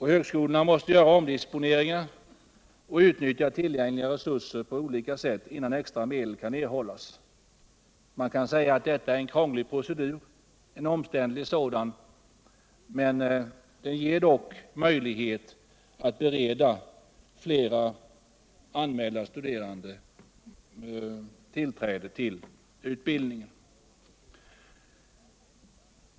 Högskolorna måste göra omdisponeringar och utnyttja tillgängliga resurser på olika sätt innan extra medel kan erhållas. Man kan säga att detta är en krånglig och omständlig procedur, men den ger dock möjlighet att bereda flera anmälda studerande tillträde till utbildning.